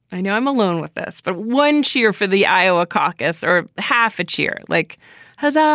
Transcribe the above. i know i'm alone with this, but one cheer for the iowa caucus or half a cheer like hers. ah